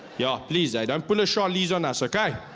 yeah ah please. yeah don't pull a charlize on us, okay?